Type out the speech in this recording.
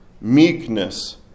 meekness